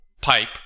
Pipe